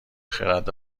خرد